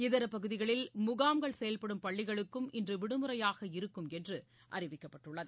இதர பகுதிகளில் முகாம்கள் செயல்படும் பள்ளிகளுக்கும் இன்று விடுமுறையாக இருக்கும் என்று அறிவிக்கப்பட்டுள்ளது